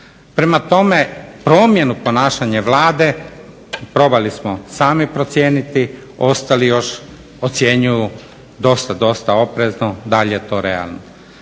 Prema tome, promjenu ponašanja Vlade probali smo sami procijeniti, ostali još ocjenjuju dosta, dosta oprezno, da li je to realno.